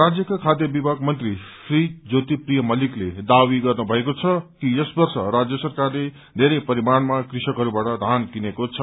राज्यका खाध्य विभाग मन्त्री श्री ज्योति प्रिय मल्तिकले दावी गर्नु भएको छ कि यस वर्ष राज्य सरकारले धेरै परिमाणमा कृषकहरूबाट धान किनेको छ